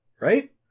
Right